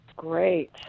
Great